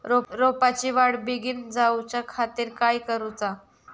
रोपाची वाढ बिगीन जाऊच्या खातीर काय करुचा?